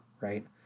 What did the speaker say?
right